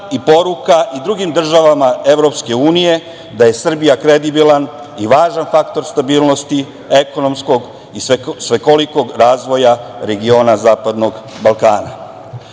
i poruka i drugim državama EU, da je Srbija kredibilan i važan faktor stabilnosti ekonomskog i svekolikog razvoja regiona zapadnog Balkana. Otuda